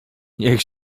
niech